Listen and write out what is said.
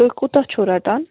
تُہۍ کوٗتاہ چھُو رَٹان